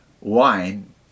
wine